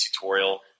tutorial